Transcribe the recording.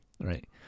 right